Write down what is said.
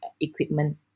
equipment